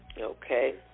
Okay